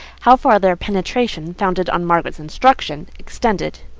how far their penetration, founded on margaret's instructions, extended.